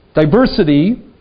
diversity